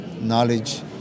knowledge